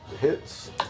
hits